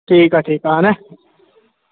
ठीकु आहे ठीकु आहे हाणे